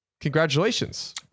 congratulations